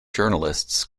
journalists